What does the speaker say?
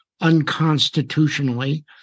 unconstitutionally